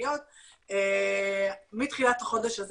המקומיות מתחילת החודש הזה.